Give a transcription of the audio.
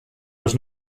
was